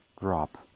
drop